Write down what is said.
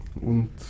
und